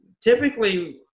typically